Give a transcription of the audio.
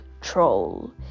troll